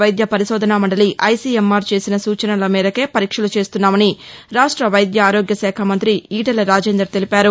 వైద్య పరిశోధనా మండలి ఐసిఎంఆర్ చేసిన సూచనల మేరకే పరీక్షలు చేస్తున్నామని రాష్ట వైద్య ఆరోగ్య శాఖ మంతి ఈటెల రాజేందర్ తెలిపారు